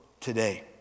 today